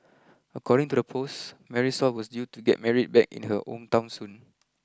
according to the post Marisol was due to get married back in her hometown soon